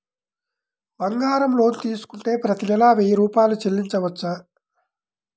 బంగారం లోన్ తీసుకుంటే ప్రతి నెల వెయ్యి రూపాయలు చెల్లించవచ్చా?